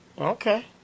Okay